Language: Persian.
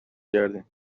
کردیم